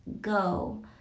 go